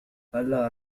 هلّا